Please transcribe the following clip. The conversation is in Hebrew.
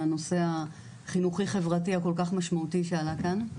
הנושא החינוכי-חברתי הכל כך משמעותי שעלה כאן.